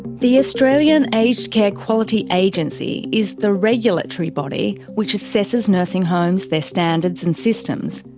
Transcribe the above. the australian aged care quality agency is the regulatory body which assesses nursing homes, their standards and systems.